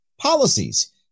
policies